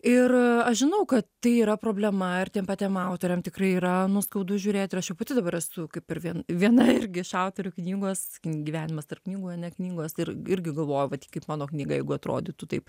ir a aš žinau kad tai yra problema ir tiem patiem autoriam tikrai yra nu skaudu žiūrėt ir aš jau pati dabar esu kaip ir vien viena irgi iš autorių knygos gi gyvenimas tarp knygų ane knygos ir irgi galvojau va tik kit mano knyga jeigu atrodytų taip